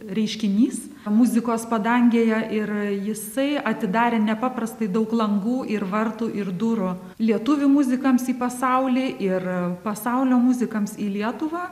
reiškinys muzikos padangėje ir jisai atidarė nepaprastai daug langų ir vartų ir durų lietuvių muzikams į pasaulį ir pasaulio muzikams į lietuvą